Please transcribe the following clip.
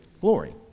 glory